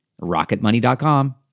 RocketMoney.com